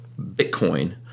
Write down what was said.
Bitcoin